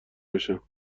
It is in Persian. باشم